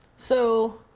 so,